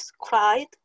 cried